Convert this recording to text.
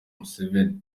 museveni